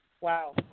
Wow